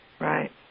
Right